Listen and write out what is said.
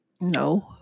No